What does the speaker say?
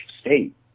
state